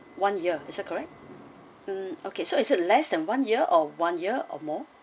one year is that correct mm okay so is it less than one year or one year or more